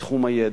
בתחום הידע,